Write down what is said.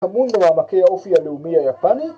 ‫המון במעמקי האופי הלאומי היפני.